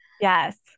Yes